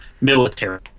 military